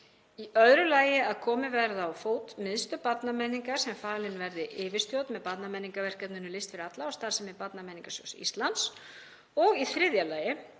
Í öðru lagi að komið verði á fót miðstöð barnamenningar sem falin verði yfirstjórn með barnamenningarverkefninu List fyrir alla og starfsemi Barnamenningarsjóðs Íslands. Í þriðja lagi,